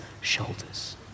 shoulders